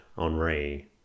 Henri